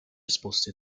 esposti